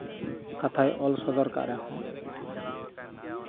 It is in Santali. ᱠᱟᱛᱷᱟᱭ ᱚᱞ ᱥᱚᱫᱚᱨ ᱟᱠᱟᱫ ᱨᱮᱦᱚᱸ